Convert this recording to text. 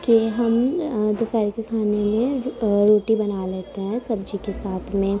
کہ ہم دوپہر کے کھانے میں روٹی بنا لیتے ہیں سبزی کے ساتھ میں